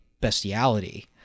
bestiality